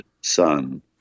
Son